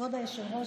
כבוד היושב-ראש,